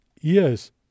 Yes